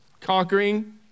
Conquering